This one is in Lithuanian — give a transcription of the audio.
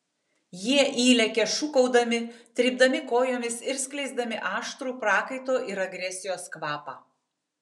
jie įlekia šūkaudami trypdami kojomis ir skleisdami aštrų prakaito ir agresijos kvapą